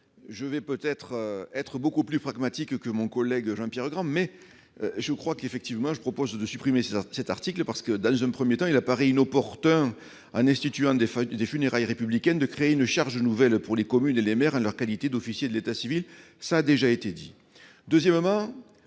je vais peut-être être beaucoup plus pragmatique que mon collègue Jean-Pierre Grand, mais je crois qu'effectivement, je propose de supprimer 7 heures cet article parce que Danone 1er temps il apparaît inopportun en instituant des feuilles, des funérailles républicaine de créer une charge nouvelle pour les communes, les maires à leur qualité d'officier de l'état civil, ça a déjà été dit,